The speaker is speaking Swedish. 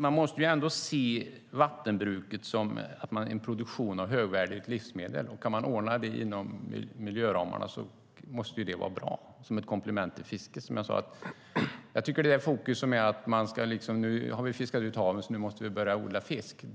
Man måste ändå se vattenbruket som en produktion av högvärdigt livsmedel. Kan man ordna det inom miljöramarna måste det vara bra som ett komplement till fisket. Att säga att vi måste börja odla fisk för att vi har fiskat ut haven